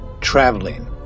traveling